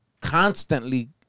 constantly